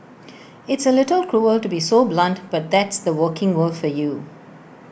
it's A little cruel to be so blunt but that's the working world for you